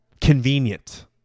convenient